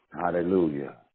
Hallelujah